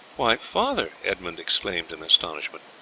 why, father, edmund exclaimed in astonishment,